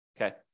okay